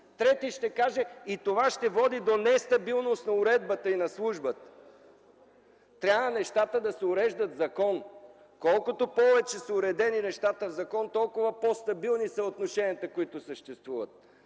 трети ще каже... И това ще води до нестабилност на уредбата и на службата. Нещата трябва да се уреждат в закон. Колкото повече са уредени нещата в закон, толкова по-стабилни са отношенията, които съществуват.